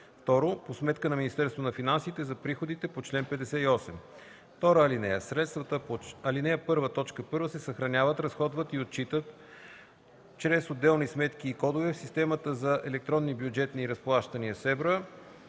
1; 2. по сметка на Министерството на финансите – за приходите по чл. 58. (2) Средствата по ал. 1, т. 1 се съхраняват, разходват и отчитат чрез отделни сметки и кодове в системата за електронни бюджетни разплащания (СЕБРА),